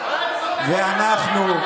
אני פונה אליך ושואל אותך: